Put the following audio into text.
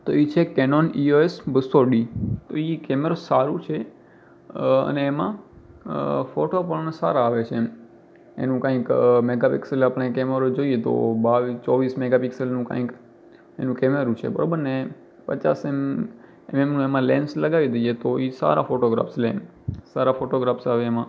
તો એ છે કેનોન ઈ ઓ એસ બસો ડી તો એ કૅમેરો સારું છે અ અને એમાં ફોટો પણ સારા આવે છે એમ એનું કંઈક મેગા પિક્સલ કૅમેરો જોઈએ તો બાવીસ ચોવીસ મેગા પિક્સલનું કાંઈક એનું કૅમેરું છે બરાબર ને પચાસ એમ એમનું એમાં લૅન્સ લગાવી દઈએ તો એ સારા ફોટોગ્રાફ્સ લે એમ સારા ફોટોગ્રાફ્સ આવે એમાં